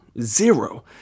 Zero